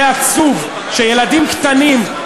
זה עצוב שילדים קטנים,